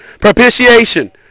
Propitiation